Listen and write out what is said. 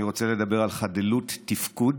אני רוצה לדבר על חדלות תפקוד,